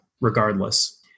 regardless